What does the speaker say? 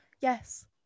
yes